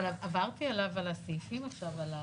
עברתי עכשיו על הסעיפים,